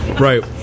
Right